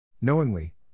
Knowingly